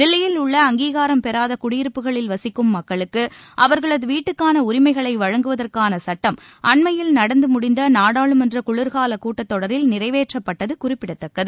தில்லியில் உள்ள அங்கீகாரம் பெறாத குடியிருப்புகளில் வசிக்கும் மக்களுக்கு அவர்களது வீட்டுக்கான உரிமைகளை வழங்குவதற்கான சுட்டம் அண்மையில் நடந்து முடிந்த நாடாளுமன்ற குளிர்காலக் கூட்டத் தொடரில் நிறைவேற்றப்பட்டது குறிப்பிடத்தக்கது